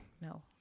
No